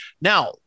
Now